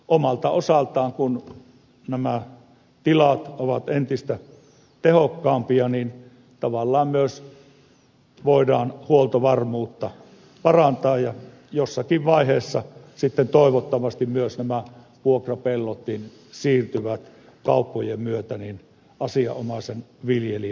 omalta osaltaan kun nämä tilat ovat entistä tehokkaampia tavallaan myös voidaan huoltovarmuutta parantaa ja jossakin vaiheessa sitten toivottavasti myös nämä vuokrapellotkin siirtyvät kauppojen myötä asianomaisen viljelijän omistukseen